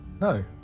No